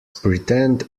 pretend